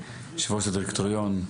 יושב-ראש הדירקטוריון.